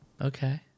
Okay